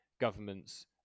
government's